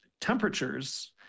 temperatures